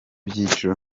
by’ibiciro